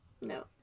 No